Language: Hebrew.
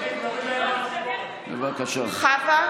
כך גם לגבי ההצהרה של חבר הכנסת כסיף,